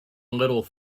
little